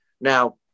Now